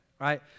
right